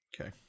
Okay